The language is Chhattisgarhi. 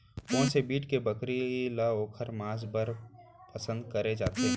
कोन से ब्रीड के बकरी ला ओखर माँस बर पसंद करे जाथे?